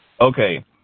Okay